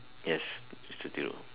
yes mister Thiru